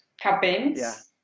cabins